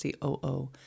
COO